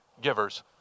givers